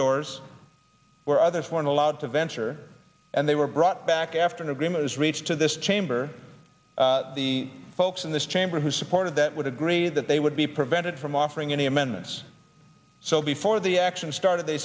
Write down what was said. doors where others weren't allowed to venture and they were brought back after an agreement was reached to this chamber the folks in this chamber who supported that would agree that they would be prevented from offering any amendments so before the action started they